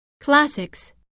classics